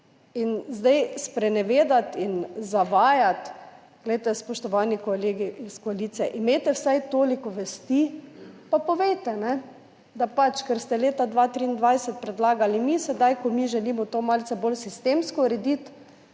se zdaj sprenevedati in zavajati, glejte, spoštovani kolegi iz koalicije, imejte vsaj toliko vesti pa povejte, da pač, ker ste leta 2023 predlagali, mi sedaj, ko mi želimo to malce bolj sistemsko urediti,